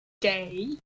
day